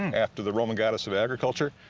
after the roman goddess of agriculture.